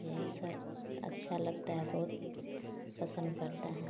यही सब अच्छा लगता है बहुत पसंद पड़ता है